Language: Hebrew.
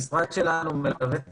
הרכישות התפרסו לאורך ...